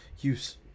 Use